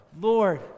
Lord